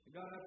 God